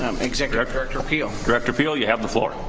um executive director peal. director peal you have the floor.